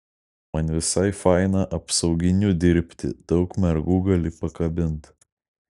man visai faina apsauginiu dirbti daug mergų gali pakabint